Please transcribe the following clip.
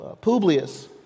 Publius